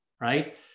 right